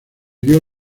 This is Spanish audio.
dio